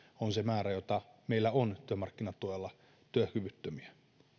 on se määrä joka meillä on työmarkkinatuella työkyvyttömiä